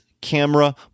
camera